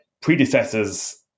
predecessors